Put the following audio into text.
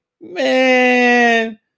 Man